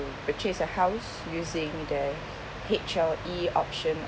purchase a house using their H_L_E option